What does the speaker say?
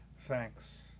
thanks